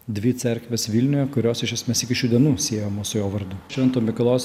dvi cerkves vilniuje kurios iš esmės iki šių dienų siejamos su jo vardu švento mikalojaus